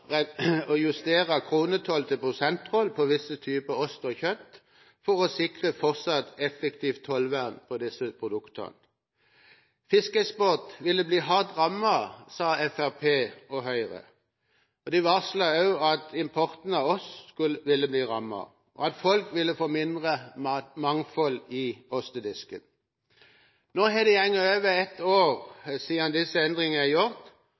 å justere kronetoll til prosenttoll på visse typer ost og kjøtt for å sikre et fortsatt effektivt tollvern på disse produktene. Fiskeeksporten ville bli hardt rammet, sa Fremskrittspartiet og Høyre. De varslet også at importen av ost ville bli rammet, og at folk ville få mindre mangfold i ostedisken. Nå er det godt over ett år siden disse endringene ble gjort,